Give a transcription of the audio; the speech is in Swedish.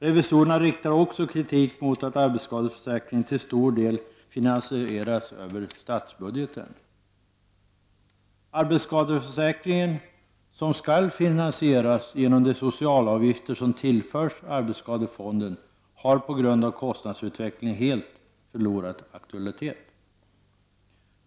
Revisorerna riktar också kritik mot att arbetsskadeförsäkringen till stor del finansieras över statsbudgeten. Arbetsskadeförsäkringen, som skall finansieras genom de socialavgifter som tillförs arbetsskadefonden, har på grund av kostnadsutvecklingen helt förlorat aktualitet.